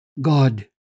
God